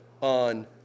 on